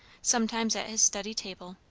sometimes at his study table,